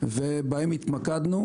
ובהם התמקדנו,